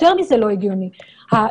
יותר מזה לא הגיוני שנניח,